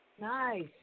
Nice